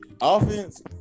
offense